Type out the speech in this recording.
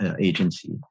Agency